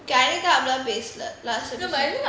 கருத்தாலாம் பேசல:karuthaalaam pesala